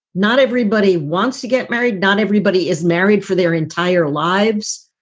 not everybody wants to get married. not everybody is married for their entire lives.